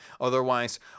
Otherwise